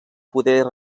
poder